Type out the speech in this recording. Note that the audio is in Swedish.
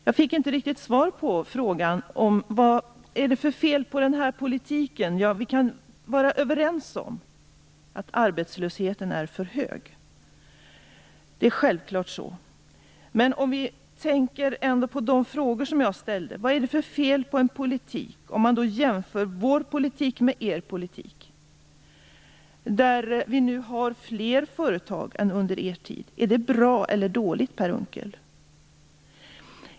Jag fick inte något svar på frågan om vad det är för fel på vår politik. Vi kan vara överens om att arbetslösheten är för hög. Det är självklart så. Men vad är det för fel med en politik som nu har givit oss fler företag än under er tid - är det bra eller dåligt, Per Unckel?